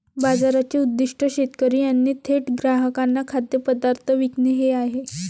बाजाराचे उद्दीष्ट शेतकरी यांनी थेट ग्राहकांना खाद्यपदार्थ विकणे हे आहे